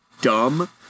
dumb